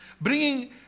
bringing